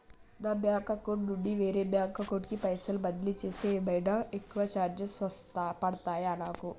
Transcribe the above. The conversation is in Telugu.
నా బ్యాంక్ అకౌంట్ నుండి వేరే బ్యాంక్ అకౌంట్ కి పైసల్ బదిలీ చేస్తే ఏమైనా ఎక్కువ చార్జెస్ పడ్తయా నాకు?